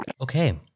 Okay